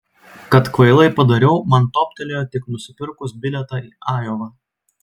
kad kvailai padariau man toptelėjo tik nusipirkus bilietą į ajovą